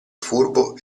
furbo